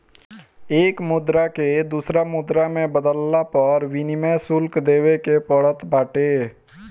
एक मुद्रा के दूसरा मुद्रा में बदलला पअ विनिमय शुल्क देवे के पड़त बाटे